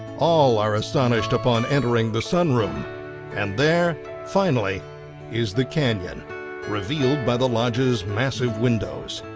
all are astonished upon entering the sunroom and there finally is the canyon revealed by the lodge's massive windows.